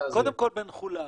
קודם כל בין חו"ל לארץ,